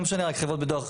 לא רק חברות ביטוח,